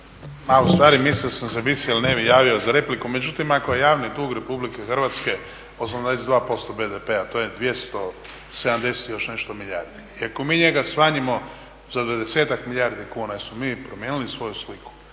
u stvari mislio sam si bi se ili ne bih javio za repliku. Međutim, ako je javni dug RH 82% BDP-a. To je 270 i još nešto milijardi. I ako mi njega smanjimo za dvadesetak milijardi kuna jesmo li mi promijenili svoju sliku?